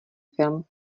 film